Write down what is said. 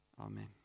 Amen